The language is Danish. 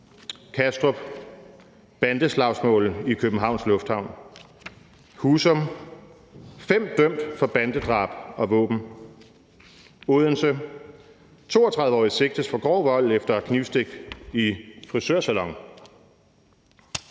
Kastrup: Bandeslagsmål i Københavns Lufthavn. Husum: »Fem dømt for bandedrab og våben«. Odense: »32-årig sigtes for grov vold efter knivstik i frisørsalon«.